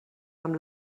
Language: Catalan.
amb